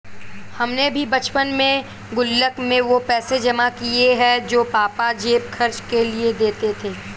हमने भी बचपन में गुल्लक में वो पैसे जमा किये हैं जो पापा जेब खर्च के लिए देते थे